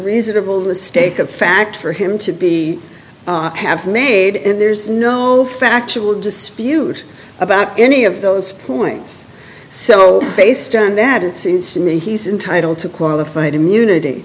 reasonable mistake of fact for him to be have made and there's no factual dispute about any of those points so based on that it seems to me he's entitled to qualified immunity